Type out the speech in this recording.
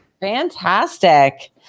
Fantastic